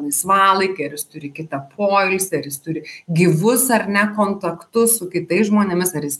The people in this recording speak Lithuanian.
laisvalaikį ar jis turi kitą poilsį ar jis turi gyvus ar ne kontaktus su kitais žmonėmis ar jis